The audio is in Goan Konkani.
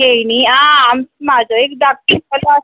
आं खेळणी आं म्हाजो एक धाकटो चलो आसा गे